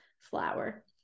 flower